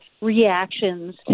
reactions